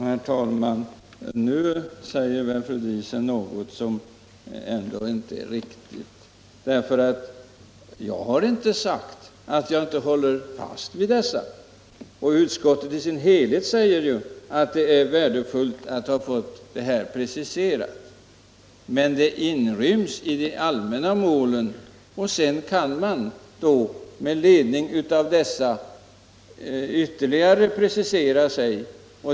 Herr talman! Nu säger väl ändå fru Diesen något som inte är riktigt. Jag har inte sagt att jag inte håller fast vid dessa delmål, och utskottet i sin helhet säger att det är värdefullt att ha fått dem preciserade — men de inryms i de allmänna målen. Sedan kan man, med ledning av dessa delmål, ytterligare precisera sig.